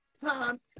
time